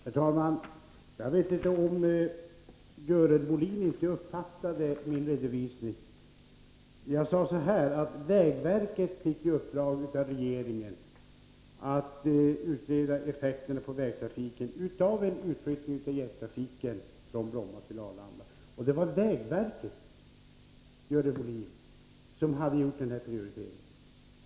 Herr talman! Kanske uppfattade inte Görel Bohlin min redovisning. Jag sade att vägverket fick i uppdrag av regeringen att utreda effekterna på vägtrafiken av en utflyttning av jettrafiken från Bromma till Arlanda. Det var vägverket, Görel Bohlin, som gjorde prioriteringen.